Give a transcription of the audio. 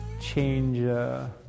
change